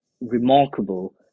remarkable